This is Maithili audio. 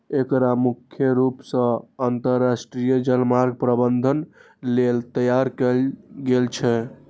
एकरा मुख्य रूप सं अंतरराष्ट्रीय जलमार्ग प्रबंधन लेल तैयार कैल गेल छै